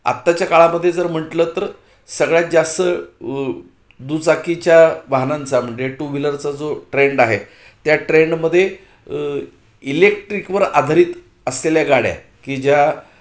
आत्ताच्या काळामध्ये जर म्हटलं तर सगळ्यात जास्त दुचाकीच्या वाहनांचा म्हणजे टू व्हीलरचा जो ट्रेंड आहे त्या ट्रेंडमध्ये इलेक्ट्रिकवर आधारित असलेल्या गाड्या की ज्या